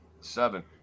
seven